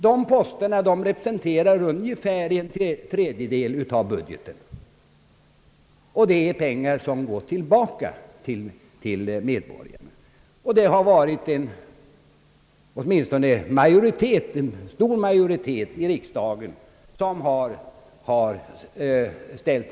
De posterna representerar ungefär en tredjedel av utgifterna på budgeten, det är pengar som går tillbaka till medborgarna, och i riksdagen har stora majoriteter ställt sig bakom besluten om dessa reformer.